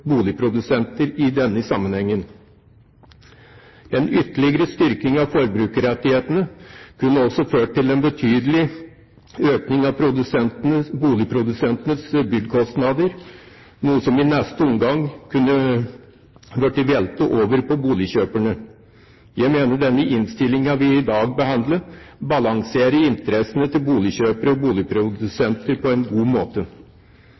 boligprodusenter i denne sammenhengen. En ytterligere styrking av forbrukerrettighetene kunne også ført til en betydelig økning av boligprodusentenes byggekostnader, noe som i neste omgang kunne blitt veltet over på boligkjøperne. Jeg mener at den innstillingen vi i dag behandler, balanserer interessene til boligkjøpere og boligprodusenter på en god måte.